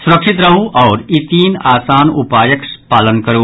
सुरक्षित रहू आओर ई तीन आसान उपायक पालन करू